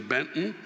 Benton